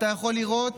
אתה יכול לראות,